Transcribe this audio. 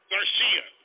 Garcia